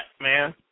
man